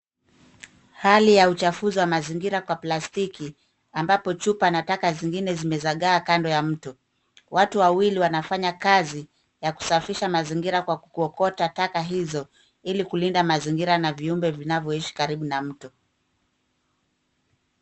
Hali ya uchafuzi wa mazingira kwa plastiki, ambapo chupa na taka zingine zimezagaa kando ya mto. Watu wawili wanafanya kazi ya kusafisha mazingira kwa kuokota taka hizo, ili kulinda mazingira na viumbe vinavyoishi karibu na mto.